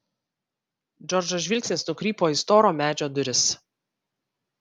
džordžo žvilgsnis nukrypo į storo medžio duris